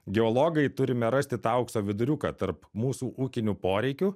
geologai turime rasti tą aukso viduriuką tarp mūsų ūkinių poreikių